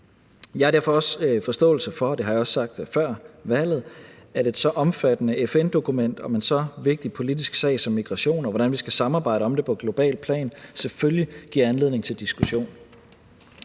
Jeg har derfor også forståelse for – det har jeg også sagt før valget – at et så omfattende FN-dokument om en så vigtig politisk sag som migration, og hvordan vi skal samarbejde om det på globalt plan, selvfølgelig giver anledning til diskussion.